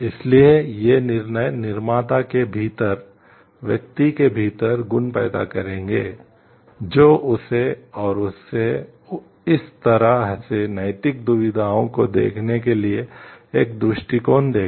इसलिए ये निर्णय निर्माता के भीतर व्यक्ति के भीतर गुण पैदा करेंगे जो उसे और उसे इस तरह से नैतिक दुविधाओं को देखने के लिए एक दृष्टिकोण देगा